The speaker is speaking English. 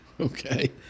Okay